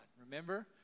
Remember